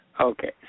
okay